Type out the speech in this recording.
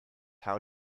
how